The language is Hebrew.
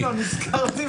לא נזכרתי.